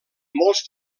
molts